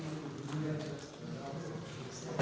Hvala.